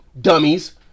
dummies